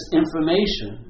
information